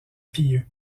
pieux